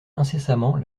incessamment